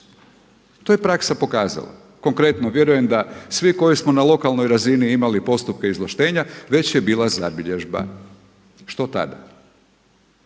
to je praksa pokazala. Konkretno, vjerujem da svi koji smo na lokalnoj razini imali postupke izvlaštenja već je bila zabilježba. Što tada?